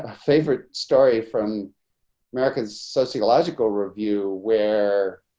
ah favorite story from american sociological review where